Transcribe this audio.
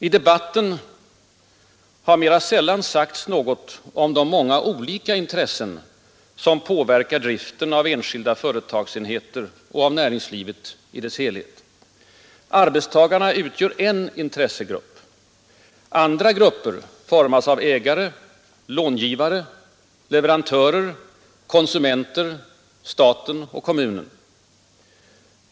I debatten har mera sällan sagts något om de många olika intressen som påverkar driften av enskilda företagsenheter och näringslivet i dess helhet. Arbetstagarna utgör en intressegrupp. Andra grupper formas av ägare, långivare, leverantörer, konsumenter, stat och kommuner.